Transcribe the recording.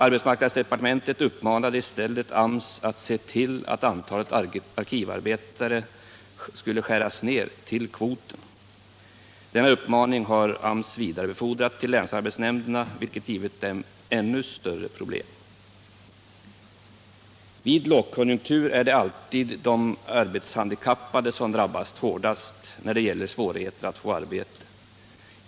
Arbetsmarknadsdepartementet uppmanade i stället AMS att se till att antalet arkivarbetare skars ned till kvoten. Denna uppmaning har AMS vidarebefordrat till länsarbetsnämnderna, vilket givit dessa ännu större problem. Vid lågkonjunkturer är det alltid de arbetshandikappade som drabbas hårdast av svårigheter att få arbete.